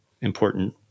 important